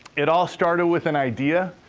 it all started with an idea,